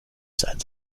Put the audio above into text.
sein